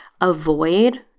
avoid